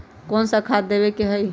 कोन सा खाद देवे के हई?